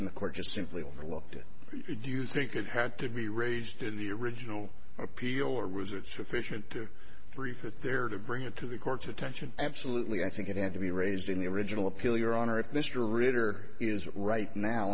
in the court just simply overlooked do you think it had to be raised in the original appeal or was it sufficient to three fifth there to bring it to the court's attention absolutely i think it had to be raised in the original appeal your honor if mr ritter is right now